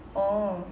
oh